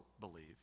believe